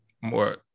more